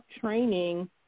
training